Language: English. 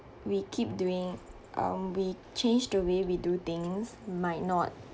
we keep doing um we change the way we do things might not